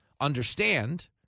Understand